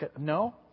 No